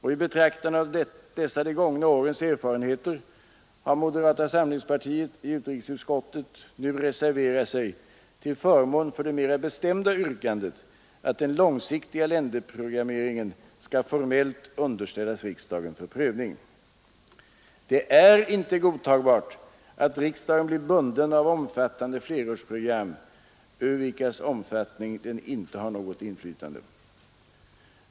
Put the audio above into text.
I betraktande av dessa de gångna årens erfarenheter har moderata samlingspartiet i utrikesutskottet nu reserverat sig till förmån för det mera bestämda yrkandet att den långsiktiga länderprogrammeringen skall formellt underställas riksdagen för prövning. Det är inte godtagbart att riksdagen blir bunden av omfattande flerårsprogram, över vilkas omfattning den inte har något inflytande.